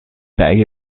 bag